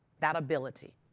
that ability.